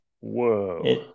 whoa